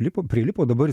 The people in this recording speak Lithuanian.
lipo prilipo dabar